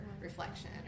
reflection